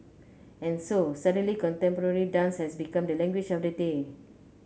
and so suddenly contemporary dance has become the language of the day